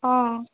অঁ